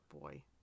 boy